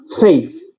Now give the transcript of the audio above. faith